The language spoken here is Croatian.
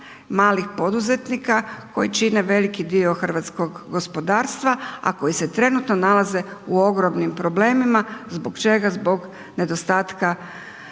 malih poduzetnika koji čine veliki dio hrvatskog gospodarstva, a koji se trenutno nalaze u ogromnim problemima. Zbog čega? Zbog nedostatka